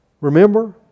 Remember